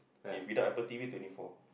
if without Apple T_V twenty four